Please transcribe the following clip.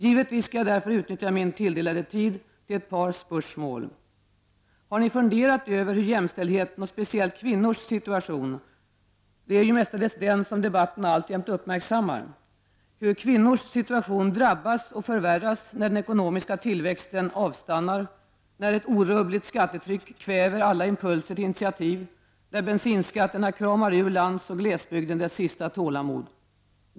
Givetvis skall jag därför utnyttja min tilldelade tid till att ta upp ett par spörsmål. Har ni funderat över hur jämställdheten och speciellt kvinnors situation -- det är ju mestadels den senare som debatten alltjämt uppmärksammar -- drabbas och förvärras när den ekonomiska tillväxten avstannar, när ett orubbligt skattetryck kväver alla impulser till initiativ och när bensinskatterna kramar ur lands och glesbygden det tålamod som återstår?